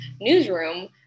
newsroom